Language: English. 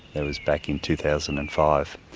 that was back in two thousand and five.